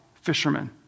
fishermen